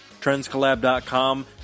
TrendsCollab.com